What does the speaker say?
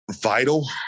vital